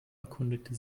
erkundigte